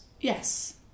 yes